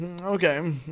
okay